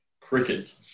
cricket